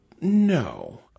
No